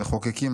המחוקקים,